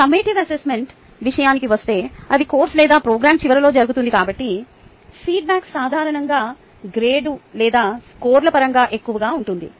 summative assessment విషయానికి వస్తే ఇది కోర్సు లేదా ప్రోగ్రామ్ చివరిలో జరుగుతుంది కాబట్టి దాని ఫీడ్బ్యాక్ సాధారణంగా గ్రేడ్లు లేదా స్కోర్ల పరంగా ఎక్కువగా ఉంటుంది